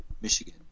michigan